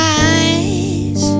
eyes